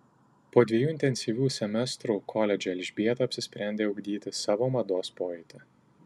po dviejų intensyvių semestrų koledže elžbieta apsisprendė ugdyti savo mados pojūtį